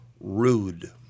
rude